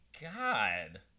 God